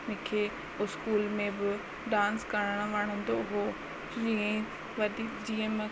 मूंखे स्कूल में बि डांस करणु वणंदो हो जीअं ई वॾी थी वियमि